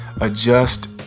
adjust